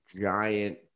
giant